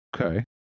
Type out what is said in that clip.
Okay